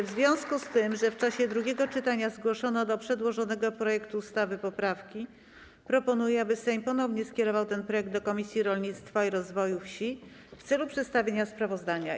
W związku z tym, że w czasie drugiego czytania zgłoszono do przedłożonego projektu ustawy poprawki, proponuję, aby Sejm ponownie skierował ten projekt do Komisji Rolnictwa i Rozwoju Wsi w celu przedstawienia sprawozdania.